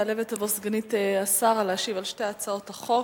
תעלה ותבוא סגנית השר להשיב על שתי הצעות החוק.